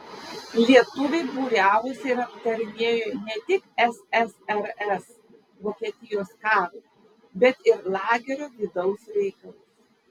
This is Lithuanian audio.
lietuviai būriavosi ir aptarinėjo ne tik ssrs vokietijos karo bet ir lagerio vidaus reikalus